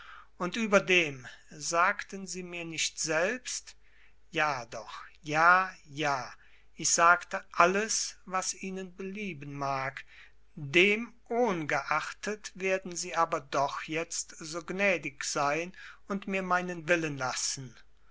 und überdem sagten sie mir nicht selbst ja doch ja ja ich sagte alles was ihnen belieben mag dem ohngeachtet werden sie aber doch jetzt so gnädig sein und mir meinen willen lassen